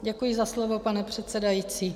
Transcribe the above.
Děkuji za slovo, pane předsedající.